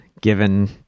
given